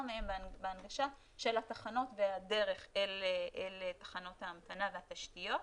מהם בהנגשה של התחנות והדרך אל תחנות ההמתנה והתשתיות.